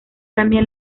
cambia